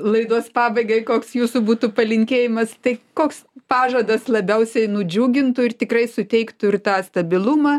laidos pabaigai koks jūsų būtų palinkėjimas tai koks pažadas labiausiai nudžiugintų ir tikrai suteiktų ir tą stabilumą